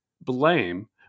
blame